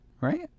right